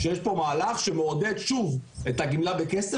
שיש פה מהלך שמעודד שוב את הגמלה בכסף